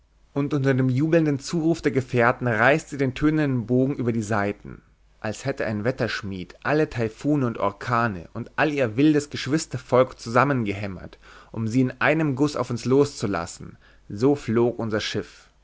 und unter dem jubelnden zuruf der gefährten reißt sie den tönenden bogen über die saiten als hätte ein wetterschmied alle taifune und orkane und all ihr wildes geschwistervolk zusammengehämmert um sie in einem guß auf uns loszulassen so flog unser schiff